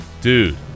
Dude